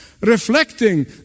reflecting